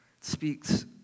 speaks